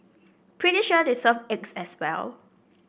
pretty sure they serve eggs as well